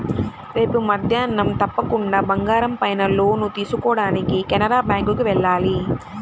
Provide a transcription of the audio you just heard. రేపు మద్దేన్నం తప్పకుండా బంగారం పైన లోన్ తీసుకోడానికి కెనరా బ్యేంకుకి వెళ్ళాలి